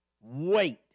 Wait